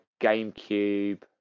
GameCube